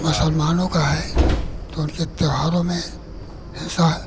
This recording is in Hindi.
मुसलमानों का है तो उनके त्यौहारों में हिंसा है